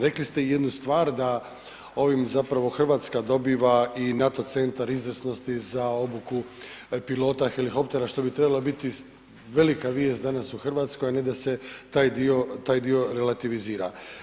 Rekli ste i jednu stvar da ovim zapravo Hrvatska dobiva i NATO centar za obuku pilota helikoptere što bi trebalo biti velika vijest danas u Hrvatskoj a ne da se taj dio relativizira.